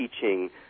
teaching